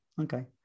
okay